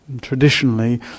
Traditionally